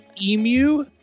Emu